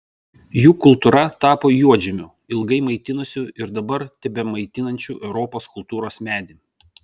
jų kultūra tapo juodžemiu ilgai maitinusiu ir dabar tebemaitinančiu europos kultūros medį